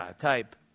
type